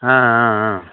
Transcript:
ஆ ஆ ஆ